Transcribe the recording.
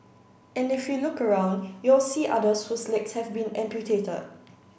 and if you look around you'll see others whose legs have been amputated